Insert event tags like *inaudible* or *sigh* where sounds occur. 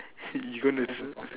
*laughs* you gonna